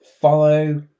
Follow